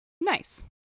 Nice